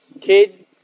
kid